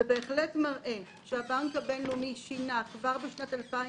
הוא בהחלט מראה שהבנק הבינלאומי שינה בשנת 2003,